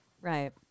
Right